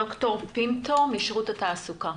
ד"ר פינטו משירות התעסוקה